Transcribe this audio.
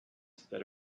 that